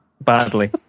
Badly